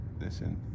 listen